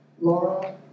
Laura